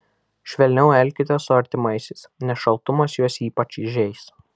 švelniau elkitės su artimaisiais nes šaltumas juos ypač žeis